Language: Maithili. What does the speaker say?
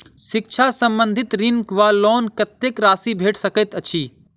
शिक्षा संबंधित ऋण वा लोन कत्तेक राशि भेट सकैत अछि?